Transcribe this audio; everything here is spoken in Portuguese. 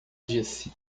disse